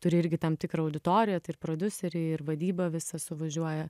turi irgi tam tikrą auditoriją tai ir prodiuseriai ir vadyba visa suvažiuoja